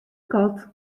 kat